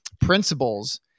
principles